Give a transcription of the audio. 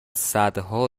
صدها